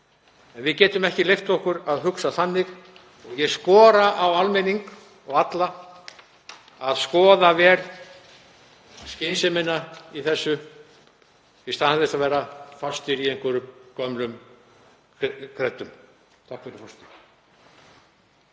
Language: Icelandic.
við getum ekki leyft okkur að hugsa þannig og ég skora á almenning og alla að skoða vel skynsemina í þessu í stað þess að vera fastir í gömlum kreddum. Takk fyrir.